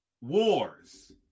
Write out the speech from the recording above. wars